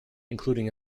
including